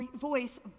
voice